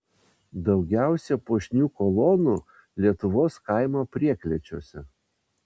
daugiausia puošnių kolonų lietuvos kaimo prieklėčiuose